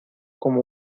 como